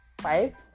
five